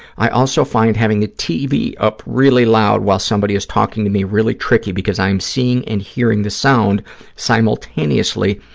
i also find having a tv up really loud while somebody is talking to me really tricky because i am seeing and hearing the sound simultaneously,